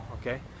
okay